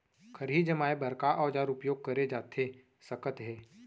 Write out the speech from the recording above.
खरही जमाए बर का औजार उपयोग करे जाथे सकत हे?